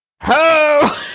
ho